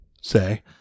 say